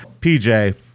PJ